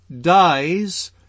dies